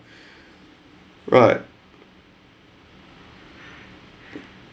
right